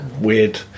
weird